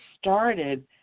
started